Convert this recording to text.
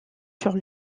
sur